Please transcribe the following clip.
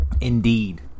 Indeed